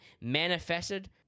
manifested